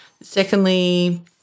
Secondly